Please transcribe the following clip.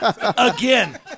Again